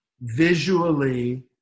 visually